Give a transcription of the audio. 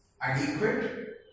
adequate